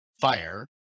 fire